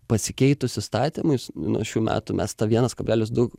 pasikeitus įstatymui nuo šių metų mes tą vienas kablelis du